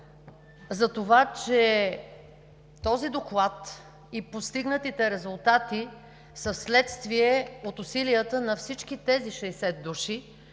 за това, че Докладът и постигнатите резултати са следствие от усилията на всички тези 60 души